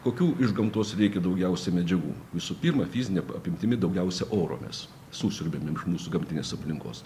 kokių iš gamtos reikia daugiausia medžiagų visų pirma fizine apimtimi daugiausia oro mes susiurbiam iš mūsų gamtinės aplinkos